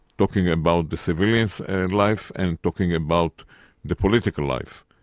talking about the civilians' and life and talking about the political life.